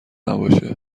نباشه